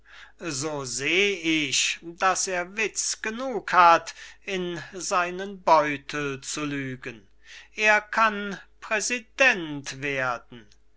besser so seh ich daß er witz genug hat in seinen beutel zu lügen er kann präsident werden